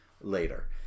later